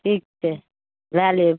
ठीक छै लए लेब